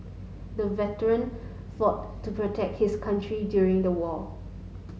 the veteran fought to protect his country during the war